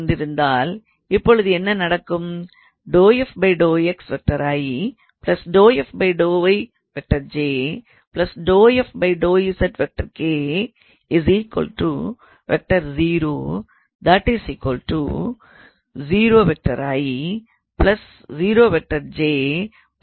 என்றிருந்தால் இப்பொழுது என்ன நடக்கும் இப்படி எழுதுகிறேன்